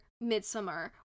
Midsummer